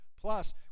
Plus